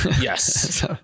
Yes